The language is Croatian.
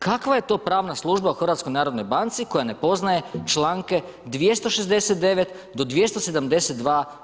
Kakva je to pravna služba u HNB-u koja ne poznaje članke 269. do 272.